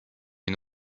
une